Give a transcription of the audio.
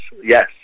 yes